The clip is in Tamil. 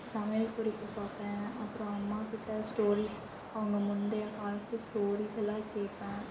சமையல் குறிப்பு பார்ப்பேன் அப்புறம் அம்மாக்கிட்ட ஸ்டோரீஸ் அவங்க முந்தைய காலத்து ஸ்டோரீஸ் எல்லாம் கேட்பேன்